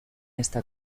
esta